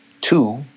Two